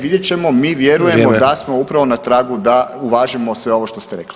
Vidjet ćemo, mi vjerujemo da smo [[Upadica: Vrijeme.]] upravo na tragu da uvažimo sve ovo što ste rekli.